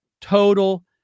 total